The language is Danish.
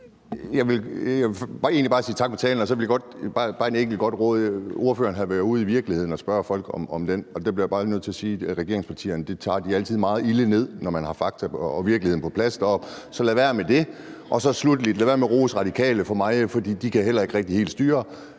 Jeg vil egentlig bare sige tak for talen, og så vil jeg godt komme med et enkelt godt råd. Ordføreren havde været ude i virkeligheden og spørge folk om det, og der bliver jeg bare lige nødt til at sige, at regeringspartierne altid tager det meget ilde ned, når man har fakta og virkeligheden på plads deroppe. Så lad være med det. Og sluttelig vil jeg sige: Lad være med at rose Radikale for meget, for de kan heller ikke helt styre